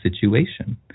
situation